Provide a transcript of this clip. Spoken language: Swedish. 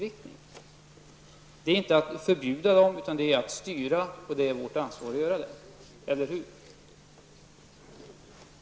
Det innebär inte ett förbud utan en styrning, som det är vår uppgift att ta ansvar för.